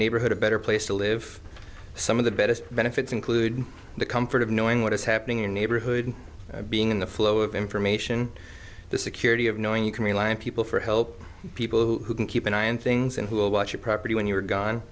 neighborhood a better place to live some of the best benefits include the comfort of knowing what is happening in neighborhood being in the flow of information the security of knowing you can rely on people for help people who can keep an eye on things and who will watch your property when you're gone